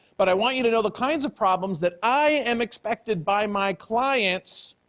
but i want you to know the kinds of problems that i am expected by my clients